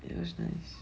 it was nice